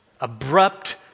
abrupt